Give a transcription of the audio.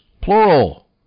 Plural